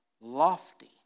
lofty